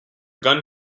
gun